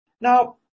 Now